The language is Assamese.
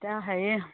এতিয়া হেৰি